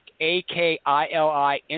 A-K-I-L-I